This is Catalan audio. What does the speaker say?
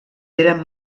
eren